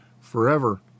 forever